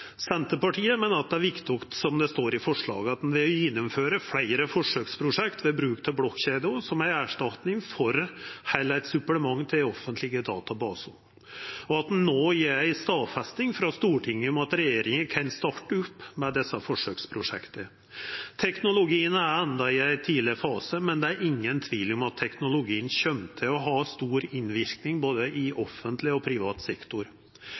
Senterpartiet meiner at det er viktig – som det står i forslaget – at ein gjennomfører fleire forsøksprosjekt med bruk av blokkjeder som ei erstatning for eller eit supplement til offentlege databasar, og at ein no stadfestar frå Stortinget at regjeringa kan starta opp med desse forsøksprosjekta. Teknologien er enno i ein tidleg fase, men det er ingen tvil om at teknologien kjem til å ha stor innverknad både i offentleg og i privat sektor.